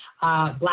Black